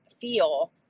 feel